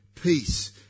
peace